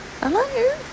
hello